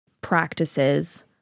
practices